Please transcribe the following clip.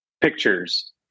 pictures